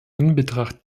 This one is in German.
anbetracht